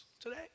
today